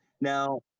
Now